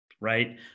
right